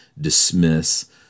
dismiss